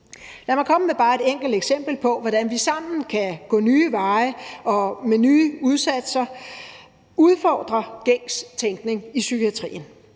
Lad mig komme med bare et enkelt eksempel på, hvordan vi sammen kan gå nye veje og med nye indsatser udfordre gængs tænkning i psykiatrien.